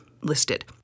listed